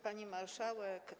Pani Marszałek!